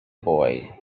boy